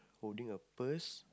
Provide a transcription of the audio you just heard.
holding a purse